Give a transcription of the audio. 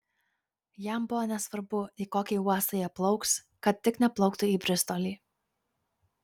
jam buvo nesvarbu į kokį uostą jie plauks kad tik neplauktų į bristolį